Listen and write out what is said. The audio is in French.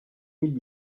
mille